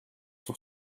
sur